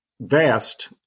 vast